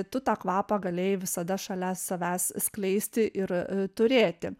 tu tą kvapą galėjai visada šalia savęs skleisti ir turėti